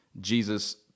Jesus